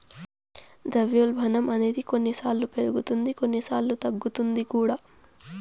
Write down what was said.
ద్రవ్యోల్బణం అనేది కొన్నిసార్లు పెరుగుతుంది కొన్నిసార్లు తగ్గుతుంది కూడా